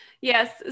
Yes